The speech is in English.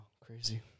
crazy